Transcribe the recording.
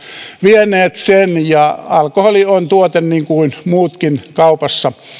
vieneet sen ja alkoholi on tuote kaupassa niin kuin muutkin